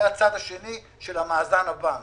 זה הצד השני של מאזן הבנק.